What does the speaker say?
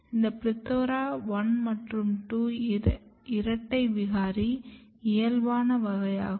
இந்த PLETHORA 1 மற்றும் 2 இரட்டை விகாரி இயல்பான வகை ஆகும்